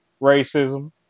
racism